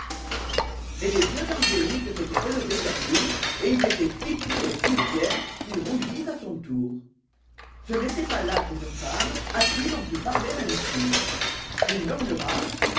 mais les yeux d'angélique s'étaient relevés vers lui et ils étaient si purs et si fiers qu'il rougit à son tour ce n'était pas là une femme à qui l'on pût parler ainsi il murmura